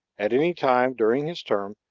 at any time during his term,